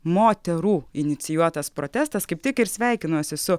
moterų inicijuotas protestas kaip tik ir sveikinuosi su